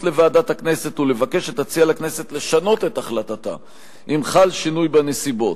לוועדת הכנסת ולבקש שתציע לכנסת לשנות את החלטתה אם חל שינוי בנסיבות.